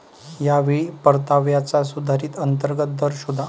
या वेळी परताव्याचा सुधारित अंतर्गत दर शोधा